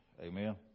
Amen